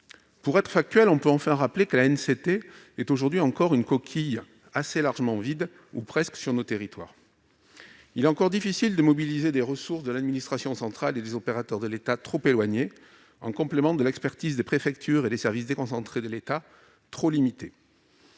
Pour être factuel, on peut enfin rappeler que l'ANCT est aujourd'hui encore une coquille assez largement vide, ou presque, sur nos territoires. Il est encore difficile de mobiliser des ressources de l'administration centrale et des opérateurs de l'État, trop éloignés, en complément de l'expertise des préfectures et des services déconcentrés de l'État, trop limitée.